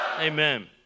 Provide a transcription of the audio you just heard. Amen